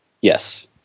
Yes